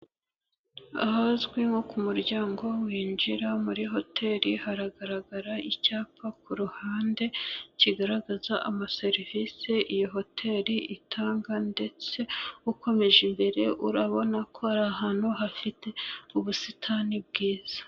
Ahazwi nko ku muryango winjira muri hoteli, hagaragara icyapa ku ruhande, kigaragaza amaserivisi iyo hoteli itanga ndetse ukomeje imbere urabona ko ari ahantu hafite ubusitani bwiza.